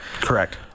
Correct